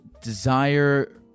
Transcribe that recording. desire